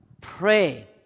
Pray